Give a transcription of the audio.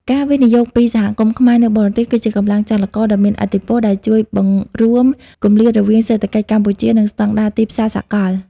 ការវិនិយោគពី សហគមន៍ខ្មែរនៅបរទេស គឺជាកម្លាំងចលករដ៏មានឥទ្ធិពល ដែលជួយបង្រួមគម្លាតរវាងសេដ្ឋកិច្ចកម្ពុជា និងស្ដង់ដារទីផ្សារសកល។